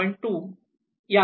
1 2